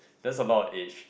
that's a lot of age